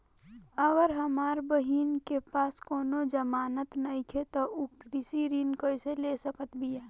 अगर हमार बहिन के पास कउनों जमानत नइखें त उ कृषि ऋण कइसे ले सकत बिया?